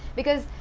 because.